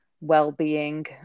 well-being